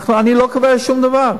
אני לא קובע שום דבר.